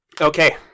Okay